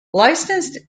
licensed